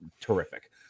Terrific